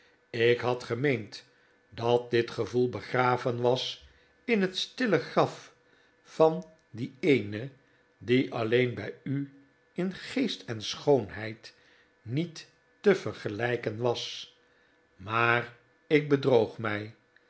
ik had gemeend dat dit gevoel begraven was in het stille graf van die eene die alleen bij u in geest en schoonheid niet te vergelijken was maar ik bedroog mij